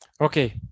Okay